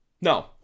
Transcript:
No